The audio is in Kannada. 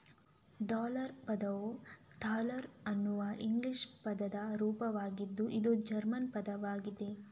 ಡಾಲರ್ ಪದವು ಥಾಲರ್ ಅನ್ನುವ ಇಂಗ್ಲಿಷ್ ಪದದ ರೂಪವಾಗಿದ್ದು ಇದು ಜರ್ಮನ್ ಪದವಾಗಿದೆ